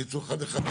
תריצו אחד אחד.